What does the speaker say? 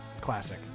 classic